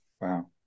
Wow